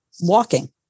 walking